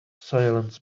silence